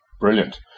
brilliant